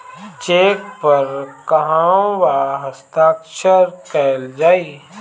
Check पर कहवा हस्ताक्षर कैल जाइ?